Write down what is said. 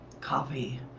coffee